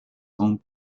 own